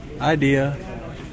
Idea